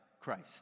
Christ